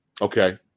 Okay